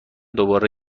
دوباره